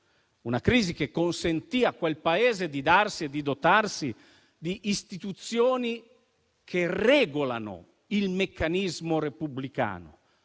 una crisi che consentì a quel Paese di dotarsi di istituzioni che regolano il meccanismo repubblicano.